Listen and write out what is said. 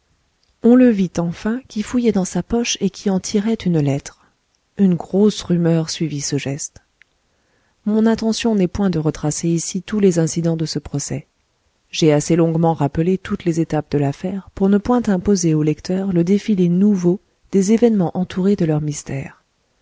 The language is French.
on le vit enfin qui fouillait dans sa poche et qui en tirait une lettre une grosse rumeur suivit ce geste mon intention n'est point de retracer ici tous les incidents de ce procès j'ai assez longuement rappelé toutes les étapes de l'affaire pour ne point imposer aux lecteurs le défilé nouveau des événements entourés de leur mystère